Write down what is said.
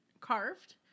carved